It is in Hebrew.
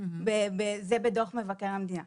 זה בדוח מבקר המדינה.